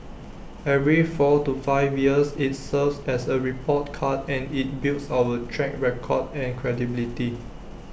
every four to five years IT serves as A report card and IT builds our track record and credibility